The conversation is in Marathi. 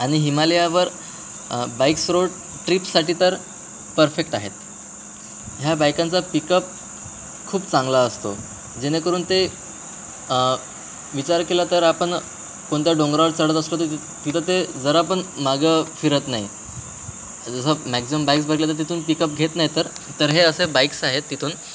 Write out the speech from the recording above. आणि हिमालयावर बाईक्स रोड ट्र्रीपसाठी तर परफेक्ट आहेत ह्या बाईकांचा पिकअप खूप चांगला असतो जेणेकरून ते विचार केला तर आपण कोणत्या डोंगरावर चढत असलो तरी तिथं ते जरा पण मागे फिरत नाही जसं मॅक्झिमम बाईक्स बघितले तर तिथून पिकअप घेत नाही तर तर हे असे बाईक्स आहेत तिथून